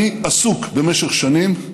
אני עסוק במשך שנים,